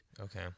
Okay